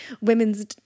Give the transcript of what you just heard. women's